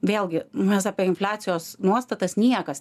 vėlgi mes apie infliacijos nuostatas niekas